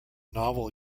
novel